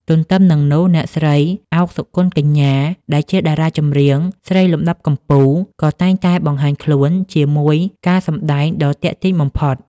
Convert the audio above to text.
ទន្ទឹមនឹងនោះ អ្នកស្រី ឱក សុគន្ធកញ្ញា ដែលជាតារាចម្រៀងស្រីលំដាប់កំពូល ក៏តែងតែបង្ហាញខ្លួនជាមួយការសម្តែងដ៏ទាក់ទាញបំផុត។